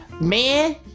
man